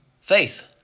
faith